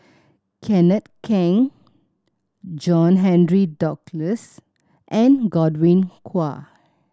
Kenneth Keng John Henry Duclos and Godwin Koay